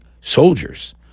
soldiers